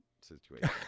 situation